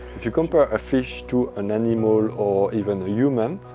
if you compare a fish to an animal or even a human,